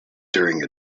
during